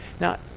Now